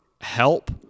help